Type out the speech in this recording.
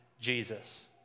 Jesus